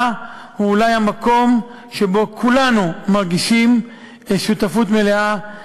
הוא אולי המקום שבו כולנו מרגישים שותפות מלאה,